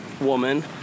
woman